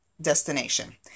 destination